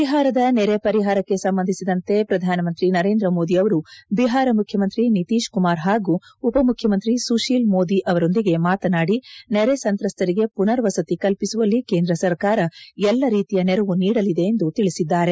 ಬಿಹಾರದ ನೆರೆ ಪರಿಹಾರಕ್ಕೆ ಸಂಬಂಧಿಸಿದಂತೆ ಪ್ರಧಾನ ಮಂತ್ರಿ ನರೇಂದ್ರ ಮೋದಿಯವರು ಬಿಹಾರ ಮುಖ್ಯಮಂತ್ರಿ ನಿತೀಶ್ ಕುಮಾರ್ ಹಾಗೂ ಉಪಮುಖ್ಯಮಂತ್ರಿ ಸುಶೀಲ್ ಮೋದಿಯವರೊಂದಿಗೆ ಮಾತನಾಡಿ ನೆರೆ ಸಂತ್ರಸ್ತರಿಗೆ ಪುನರ್ವಸತಿ ಕಲ್ಪಿಸುವಲ್ಲಿ ಕೇಂದ್ರ ಸರಕಾರ ಎಲ್ಲ ರೀತಿಯ ನೆರವು ನೀಡಲಿದೆ ಎಂದು ತಿಳಿಸಿದ್ದಾರೆ